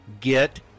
get